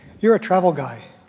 you're a travel guy,